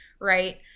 right